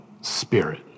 spirit